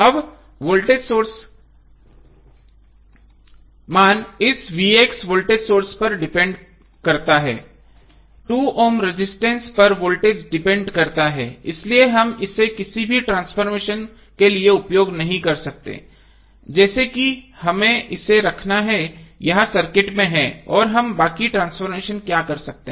अब voltage source मान इस वोल्टेज पर डिपेंडेंट करता है 2 ओम रजिस्टेंस पर वोल्टेज डिपेंडेंट करता है इसलिए हम इसे किसी भी ट्रांसफॉर्मेशन के लिए उपयोग नहीं कर सकते हैं जैसे कि हमें इसे रखना है यह सर्किट में है और हम बाकी ट्रांसफॉर्मेशन क्या कर सकते हैं